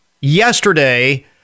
yesterday